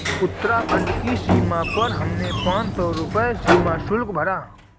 उत्तराखंड की सीमा पर हमने पांच सौ रुपए सीमा शुल्क भरा